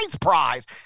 prize